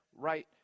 right